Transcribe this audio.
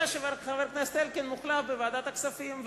שחבר הכנסת אלקין מוחלף בוועדת הכספים.